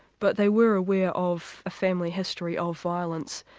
but they were aware of a family history of violence,